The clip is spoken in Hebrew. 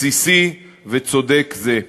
בסיסי וצודק זה.